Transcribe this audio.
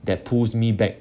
that pulls me back